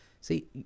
See